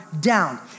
down